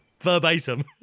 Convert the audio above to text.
verbatim